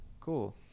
Cool